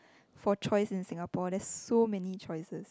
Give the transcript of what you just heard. for choice in Singapore there's so many choices